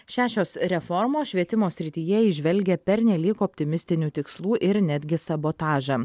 šešios reformos švietimo srityje įžvelgia pernelyg optimistinių tikslų ir netgi sabotažą